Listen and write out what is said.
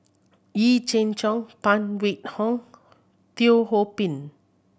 Yee Jenn Jong Phan Wait Hong Teo Ho Pin